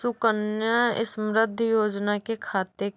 सुकन्या समृद्धि योजना के खाते